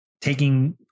taking